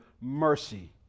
mercy